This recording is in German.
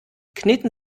kneten